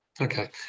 okay